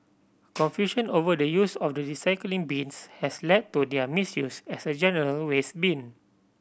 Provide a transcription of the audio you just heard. confusion over the use of the recycling bins has led to their misuse as a general waste bin